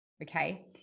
Okay